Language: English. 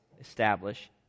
establish